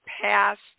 past